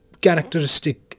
characteristic